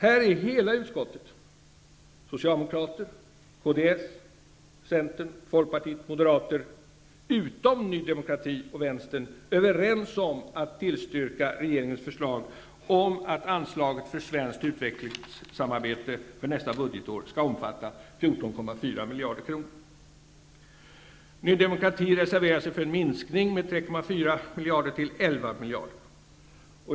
Här är hela utskottet, socialdemokrater, kds, centerpartister, folkpartister, moderater -- utom Ny demokrati och Vänstern -- överens om att tillstyrka regeringens förslag om att anslaget för det svenska utvecklingssamarbetet för nästa budgetår skall omfatta 14,5 miljarder kronor. Ny demokrati reserverar sig för en minskning med 3,4 miljarder till 11 miljarder.